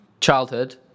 Childhood